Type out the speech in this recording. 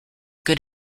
good